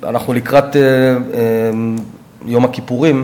אנחנו לקראת יום הכיפורים.